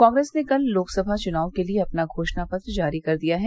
कांग्रेस ने कल लोकसभा चुनाव के लिए अपना घोषणा पत्र जारी कर दिया है